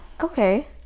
Okay